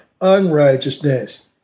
unrighteousness